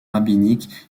rabbinique